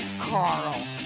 Carl